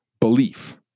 belief